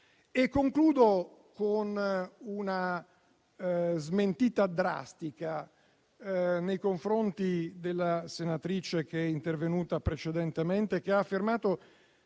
Concludo con una smentita drastica nei confronti della senatrice che è intervenuta precedentemente affermando